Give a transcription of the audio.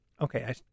Okay